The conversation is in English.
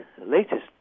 latest